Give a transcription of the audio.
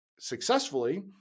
successfully